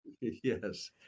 Yes